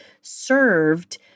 served